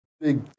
big